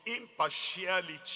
impartiality